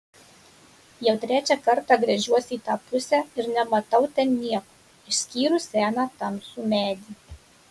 jau trečią kartą gręžiuosi į tą pusę ir nematau ten nieko išskyrus seną tamsų medį